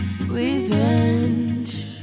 revenge